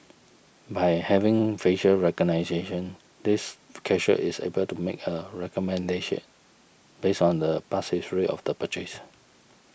by having facial recognition this cashier is able to make a recommendation based on the past history of the purchase